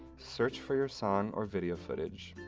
search for your song or video footage,